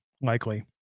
likely